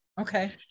Okay